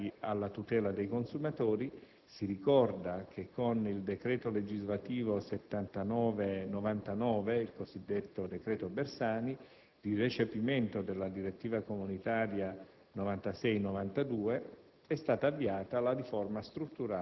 Per quanto riguarda i temi legati alla tutela dei consumatori, si ricorda che con il decreto legislativo n. 79 del 16 marzo 1999 (il cosiddetto decreto Bersani), di recepimento della direttiva comunitaria 96/92/CE,